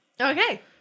Okay